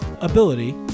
ability